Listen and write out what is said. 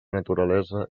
naturalesa